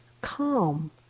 calm